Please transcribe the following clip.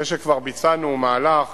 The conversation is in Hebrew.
אחרי שכבר ביצענו מהלך